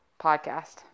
podcast